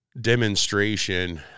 demonstration